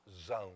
zone